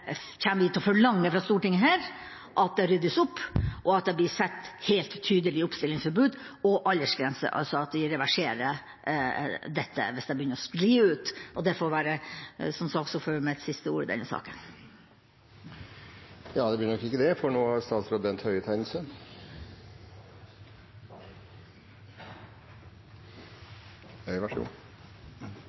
vi fra Stortinget til å forlange at det ryddes opp, og at det blir satt helt tydelige oppstillingsforbud og aldersgrenser – vi reverserer altså dette hvis det begynner å skli ut. Det får være mitt siste ord som saksordfører i denne saken. Jeg skal bare kort konstatere at det